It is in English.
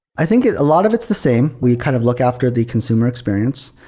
i think a lot of it's the same. we kind of look after the consumer experience.